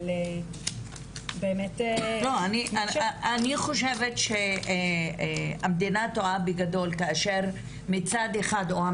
אבל באמת --- אני חושבת שהמדינה טועה בגדול או הממשלה,